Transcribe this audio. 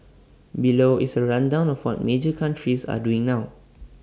below is A rundown of what major countries are doing now